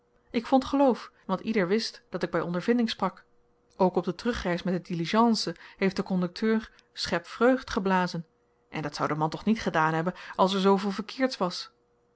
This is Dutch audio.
ik vond geloof want ieder wist dat ik by ondervinding sprak ook op de terugreis met de diligence heeft de kondukteur schep vreugd geblazen en dat zou de man toch niet gedaan hebben als er zooveel verkeerds was